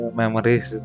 memories